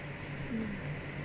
mm